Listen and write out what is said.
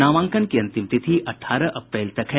नामांकन की अंतिम तिथि अठारह अप्रैल तक है